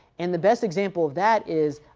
and the best example of that is,